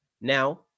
Now